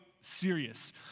serious